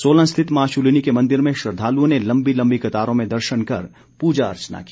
सोलन स्थित मां शूलिनी के मंदिर में श्रद्वालुओं ने लंबी लंबी कतारों में दर्शन कर पूजा अर्चना की